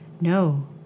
No